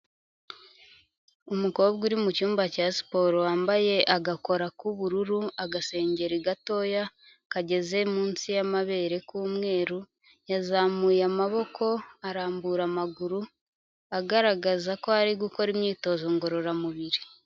Umukobwa uri mu cyumba cya siporo wambaye agakora k'ubururu, agasengeri gatoya kageze munsi y'amabere k'umweru, yazamuye amaboko, arambura amaguru, agaragaza ko ari gukora imyitozo ngororamubiri.